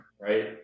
right